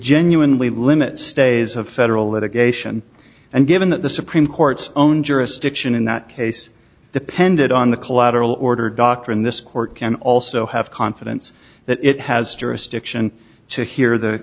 genuinely limit stays of federal litigation and given that the supreme court's own jurisdiction in that case depended on the collateral order doctrine this court can also have confidence that it has jurisdiction to hear the